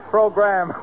Program